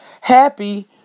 happy